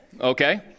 okay